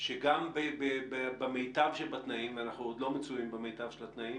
שגם במיטב התנאים ואנחנו עוד לא מצויים במיטב של התנאים